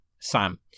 Sam